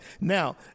Now